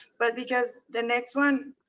but because the next one